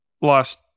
last